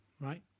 right